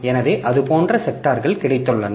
எனவே அது போன்ற செக்டார்கள் கிடைத்துள்ளன